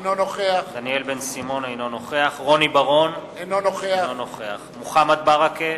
אינו נוכח רוני בר-און, אינו נוכח מוחמד ברכה,